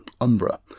Umbra